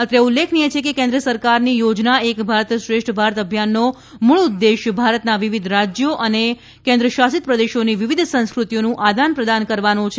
અત્રે ઉલ્લેખનીય છે કે કેન્દ્ર સરકારની યોજના એક ભારત શ્રેષ્ઠ ભારત અભિયાનનો મૂળ ઉદેશ્ય ભારતના વિવિધ રાજયો અને કેન્દ્રશાસિત પ્રદેશોની વિવિધ સંસ્કૃતિઓનું આદાનપ્રદાન કરવાનો છે